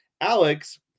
Alex